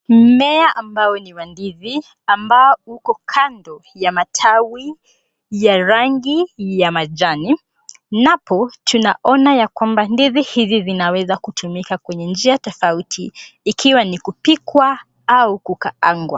Mmea ambao ni wa ndizi, ambao uko kando ya matawi ya rangi ya majani. Napo tunaona ya kwamba ndizi hizi zinaweza kutumika kwa njia ya tofauti ikiwa ni kupikwa au kukaangwa.